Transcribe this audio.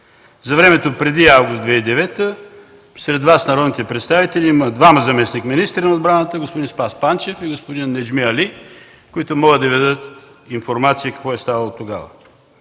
За времето преди август 2009 г. сред Вас, народните представители, има двама заместник-министри на отбраната – господин Спас Панчев и господин Неджми Али, които могат да Ви дадат информация какво е ставало тогава.